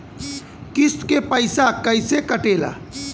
किस्त के पैसा कैसे कटेला?